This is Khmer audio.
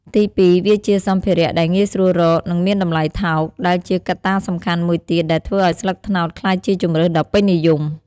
ទីពីរ វាជា សម្ភារៈដែលងាយស្រួលរក និងមានតម្លៃថោក ដែលជាកត្តាសំខាន់មួយទៀតដែលធ្វើឲ្យស្លឹកត្នោតក្លាយជាជម្រើសដ៏ពេញនិយម។